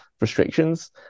restrictions